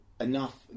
enough